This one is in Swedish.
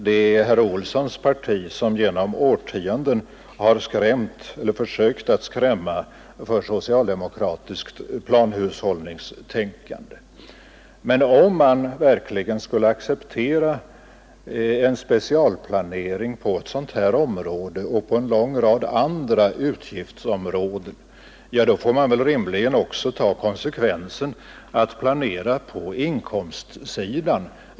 Det är herr Olssons parti som genom årtionden har försökt skrämma för socialdemokratiskt planhushållningstänkande. Men om man verkligen skulle acceptera en specialplanering på ett sådant här område, och på en lång rad andra utgiftsområden, får man rimligen också ta konsekvensen — att planera på inkomstsidan.